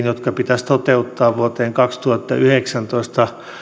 jotka pitäisi toteuttaa vuoden kaksituhattayhdeksäntoista